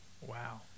Wow